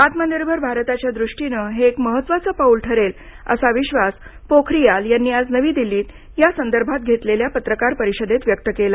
आत्मनिर्भर भारताच्या दृष्टीनं हे एक महत्त्वाचं पाऊल ठरेल असा विश्वास पोखारीयाल यांनी आज नवी दिल्लीत या संदर्भात घेतलेल्या पत्रकार परिषदेत व्यक्त केला